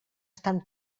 estan